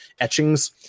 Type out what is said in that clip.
etchings